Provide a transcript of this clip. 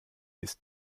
ist